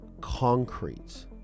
concrete